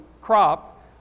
crop